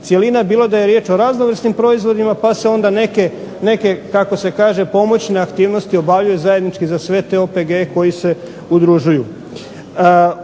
cjelina, bilo da je riječ o raznovrsnim proizvodima pa se onda neke kako se kaže pomoćne aktivnosti obavljaju zajednički za sve te OPG-e koji se udružuju.